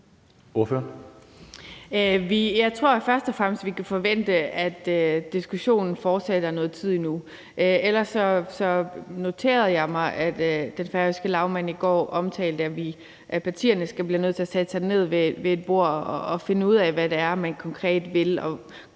Jeg tror først og fremmest, at vi kan forvente, at diskussionen fortsætter noget tid endnu. Ellers noterede jeg mig, at den færøske lagmand i går sagde, at partierne bliver nødt til at sætte sig ned ved et bord og finde ud af, hvad det er, man konkret vil,